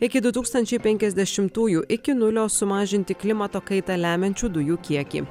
iki du tūkstančiai penkiasdešimtųjų iki nulio sumažinti klimato kaitą lemiančių dujų kiekį